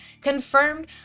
confirmed